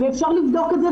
ואפשר לבדוק את זה,